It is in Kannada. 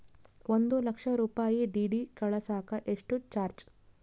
ಒಂದು ಲಕ್ಷ ರೂಪಾಯಿ ಡಿ.ಡಿ ಕಳಸಾಕ ಎಷ್ಟು ಚಾರ್ಜ್?